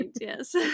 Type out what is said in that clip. Yes